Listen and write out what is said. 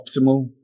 optimal